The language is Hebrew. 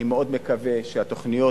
אני מאוד מקווה שהתוכניות,